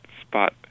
spot